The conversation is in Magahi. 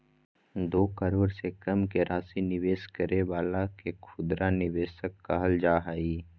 दो करोड़ से कम के राशि निवेश करे वाला के खुदरा निवेशक कहल जा हइ